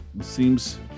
Seems